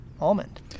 almond